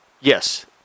yes